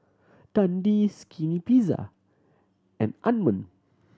Dundee Skinny Pizza and Anmum